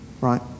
right